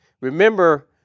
remember